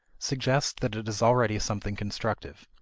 suggests that it is already something constructive.